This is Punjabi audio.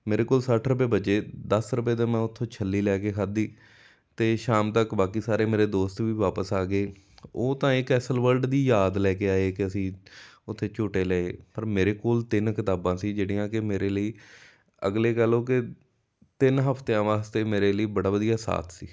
ਮੇਰੇ ਕੋਲ ਸੱਠ ਰੁਪਏ ਬਚੇ ਦਸ ਰੁਪਏ ਦਾ ਮੈਂ ਉੱਥੋਂ ਛੱਲੀ ਲੈ ਕੇ ਖਾਦੀ ਅਤੇ ਸ਼ਾਮ ਤੱਕ ਬਾਕੀ ਸਾਰੇ ਮੇਰੇ ਦੋਸਤ ਵੀ ਵਾਪਿਸ ਆ ਗਏ ਉਹ ਤਾਂ ਇੱਕ ਐਸਲ ਵਰਲਡ ਦੀ ਯਾਦ ਲੈ ਕੇ ਆਏ ਕਿ ਅਸੀਂ ਉੱਥੇ ਝੂਟੇ ਲਏ ਪਰ ਮੇਰੇ ਕੋਲ ਤਿੰਨ ਕਿਤਾਬਾਂ ਸੀ ਜਿਹੜੀਆਂ ਕਿ ਮੇਰੇ ਲਈ ਅਗਲੀ ਗੱਲ ਉਹ ਕਿ ਤਿੰਨ ਹਫ਼ਤਿਆਂ ਵਾਸਤੇ ਮੇਰੇ ਲਈ ਬੜਾ ਵਧੀਆ ਸਾਥ ਸੀ